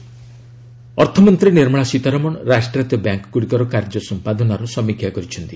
FM PSB ଅର୍ଥମନ୍ତୀ ନିର୍ମଳା ସୀତାରମଣ ରାଷ୍ଟ୍ରାୟତ୍ତ bank ଗୁଡ଼ିକର କାର୍ଯ୍ୟ ସମ୍ପାଦନାର ସମୀକ୍ଷା କରିଛନ୍ତି